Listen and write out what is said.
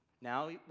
now